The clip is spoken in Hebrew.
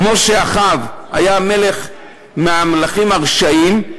כמו שאחאב, שהיה מהמלכים הרשעים,